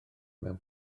mewn